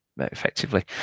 effectively